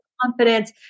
confidence